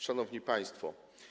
Szanowni Państwo!